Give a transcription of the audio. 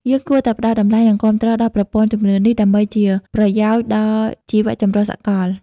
យើងគួរតែផ្តល់តម្លៃ និងគាំទ្រដល់ប្រព័ន្ធជំនឿនេះ ដើម្បីជាប្រយោជន៍ដល់ជីវចម្រុះសកល។